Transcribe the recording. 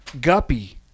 guppy